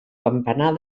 campanar